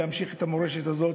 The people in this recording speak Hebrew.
להמשיך את המורשת הזאת,